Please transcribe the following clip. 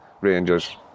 Rangers